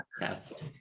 Yes